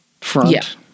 front